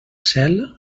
cel